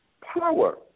power